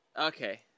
Okay